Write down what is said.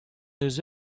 deus